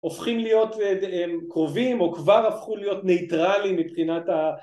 הופכים להיות קרובים או כבר הפכו להיות ניטרלים מבחינת